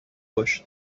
باش